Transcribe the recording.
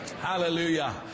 Hallelujah